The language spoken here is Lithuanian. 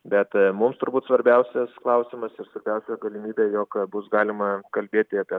bet mums turbūt svarbiausias klausimas ir svarbiausia galimybė jog bus galima kalbėti apie